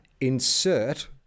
Insert